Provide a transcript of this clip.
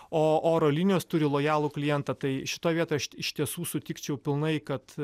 o oro linijos turi lojalų klientą tai šitoj vietoj iš tiesų sutikčiau pilnai kad